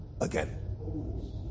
again